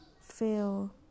feel